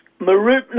Marupna